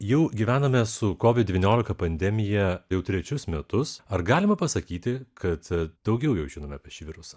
jų gyvenome su covid devyniolika pandemija jau trečius metus ar galima pasakyti kad daugiau jau žinome apie šį virusą